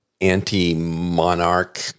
anti-monarch